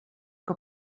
que